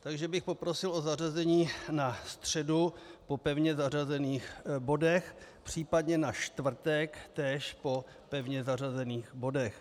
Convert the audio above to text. Takže bych poprosil o zařazení na středu po pevně zařazených bodech, případně na čtvrtek též po pevně zařazených bodech.